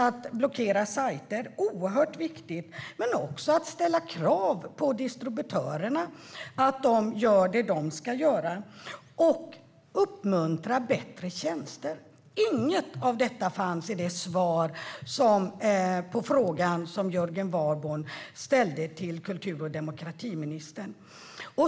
Detta är oerhört viktigt. Det handlar också om att ställa krav på distributörerna så att de gör det de ska göra och att uppmuntra bättre tjänster. Inget av detta fanns i kultur och demokratiministerns svar på den fråga som Jörgen Warborn ställde.